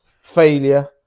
failure